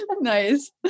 Nice